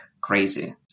crazy